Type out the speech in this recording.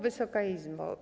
Wysoka Izbo!